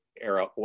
era